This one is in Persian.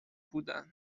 بودند